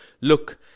look